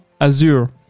Azure